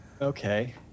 Okay